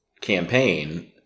campaign